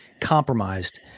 compromised